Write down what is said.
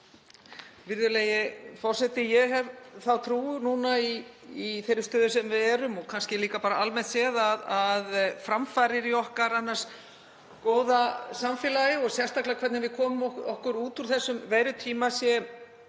Virðulegi forseti. Ég hef þá trú núna í þeirri stöðu sem við erum, og kannski líka almennt séð, að framfarir í okkar annars góða samfélagi, og sérstaklega hvernig við komum okkur út úr þessum veirutíma, séu